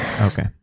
Okay